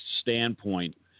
standpoint